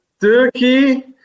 Turkey